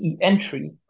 entry